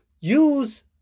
use